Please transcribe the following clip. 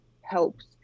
helps